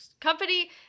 Company